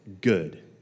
good